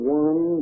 one